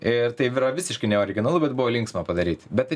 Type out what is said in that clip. ir tai yra visiškai neoriginalu bet buvo linksma padaryti bet tai čia